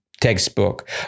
textbook